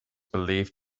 believed